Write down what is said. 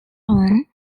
rome